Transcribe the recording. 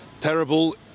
terrible